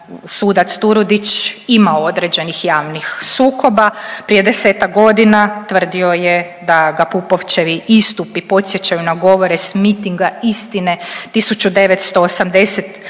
sudac Turudić imao određenih javnih sukoba prije 10-ak godina tvrdio je da ga Pupovčevi istupi podsjećaju na govore s mitinga istine 1989.